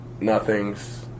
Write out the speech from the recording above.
nothing's